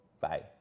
Bye